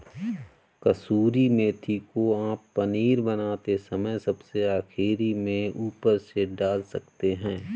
कसूरी मेथी को आप पनीर बनाते समय सबसे आखिरी में ऊपर से डाल सकते हैं